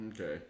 Okay